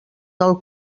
del